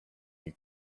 you